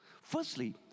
Firstly